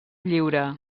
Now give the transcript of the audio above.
lliure